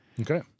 Okay